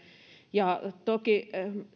ja toki